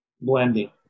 blending